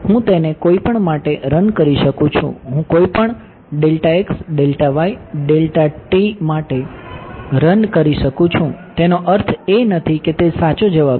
હું તેને કોઈપણ માટે રન કરી શકું છું હું કોઈપણ માટે રન કરી શકું છું તેનો અર્થ એ નથી કે તે સાચો જવાબ છે